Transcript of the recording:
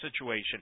situation